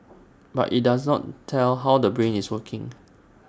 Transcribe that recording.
but IT does not tell how the brain is working